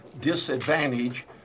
disadvantage